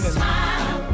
smile